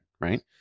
right